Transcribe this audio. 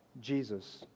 Jesus